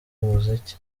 umuziki